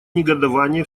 негодование